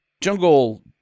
jungle